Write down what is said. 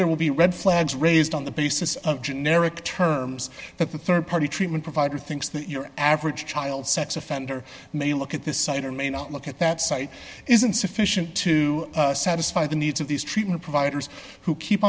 there will be red flags raised on the basis of generic terms that the rd party treatment provider thinks that your average child sex offender may look at this site or may not look at that site isn't sufficient to satisfy the needs of these treatment providers who keep